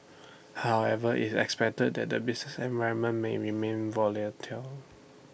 however IT expected that the business environment may remain volatile